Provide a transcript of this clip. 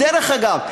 דרך אגב,